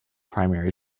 primary